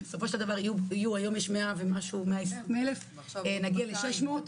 היום יש 120,000 נגיע ל-600,